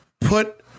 put